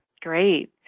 Great